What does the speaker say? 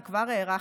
כי כבר הארכתי,